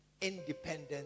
independent